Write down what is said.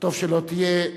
וטוב שלא תהיה,